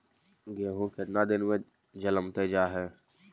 गेहूं केतना दिन में जलमतइ जा है?